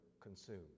consumed